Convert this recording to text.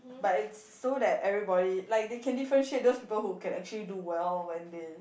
but it's so that everybody like they can differentiate those people who can actually do well when they